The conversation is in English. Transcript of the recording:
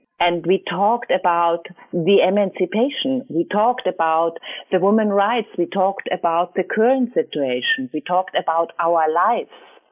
and we talked about the emancipation. we talked about the women rights. we talked about the current situation. we talked about our lives.